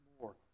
more